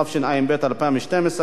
התשע"ב 2012,